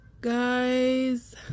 Guys